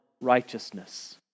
righteousness